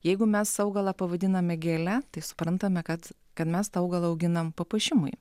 jeigu mes augalą pavadiname gėle tai suprantame kad kad mes tą augalą auginam papuošimui